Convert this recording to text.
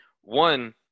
One